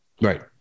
Right